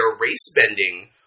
race-bending